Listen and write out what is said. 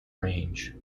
range